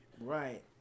Right